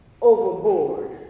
overboard